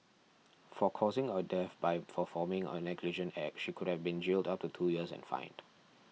for causing a death by performing a negligent act she could have been jailed up to two years and fined